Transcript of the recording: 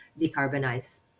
decarbonize